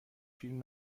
فیلم